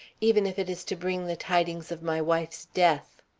even if it is to bring the tidings of my wife's death.